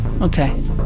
Okay